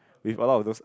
with a lot of those